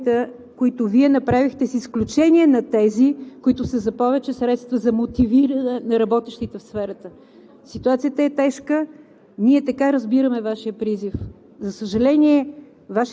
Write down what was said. Ето защо няма да подкрепим предложенията, които Вие направихте, с изключение на тези, които са за повече средства за мотивиране на работещите в сферата. Ситуацията е тежка.